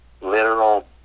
literal